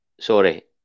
sorry